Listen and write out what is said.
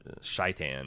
shaitan